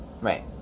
Right